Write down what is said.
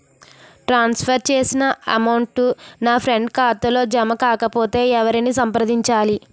ట్రాన్స్ for చేసిన amount నా friend ఖాతాలో జమ కాకపొతే ఎవరిని సంప్రదించాలి?